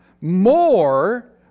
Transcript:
more